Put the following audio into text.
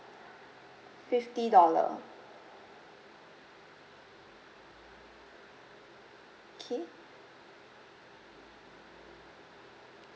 fifty dollar okay